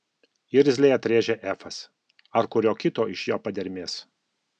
irzliai atrėžė efas ar kurio kito iš jo padermės